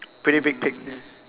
pretty big pig